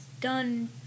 done